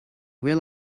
will